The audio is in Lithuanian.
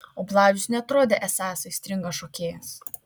o bladžius neatrodė esąs aistringas šokėjas